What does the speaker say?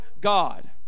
God